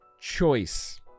Choice